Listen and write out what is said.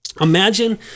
Imagine